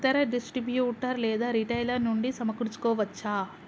ఇతర డిస్ట్రిబ్యూటర్ లేదా రిటైలర్ నుండి సమకూర్చుకోవచ్చా?